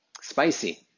Spicy